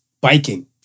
Biking